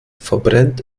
verbrennt